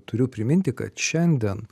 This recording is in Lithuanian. turiu priminti kad šiandien